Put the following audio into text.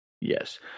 yes